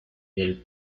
del